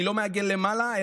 אני לא מעגל למעלה,